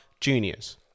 Juniors